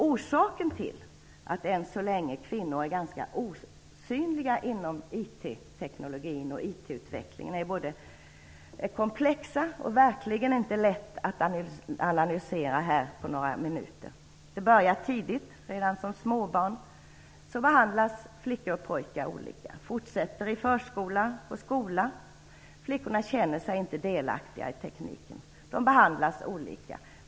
Orsaken till att kvinnor än så länge är ganska osynliga inom IT och IT-utveckling är komplexa, och det är verkligen inte lätt att analysera detta här på några minuter. Det börjar tidigt. Redan som småbarn behandlas flickor och pojkar olika. Det fortsätter i förskola och skola. Flickorna känner sig inte delaktiga i tekniken. De behandlas olika.